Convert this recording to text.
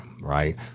right